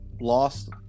lost